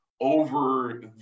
over